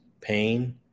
pain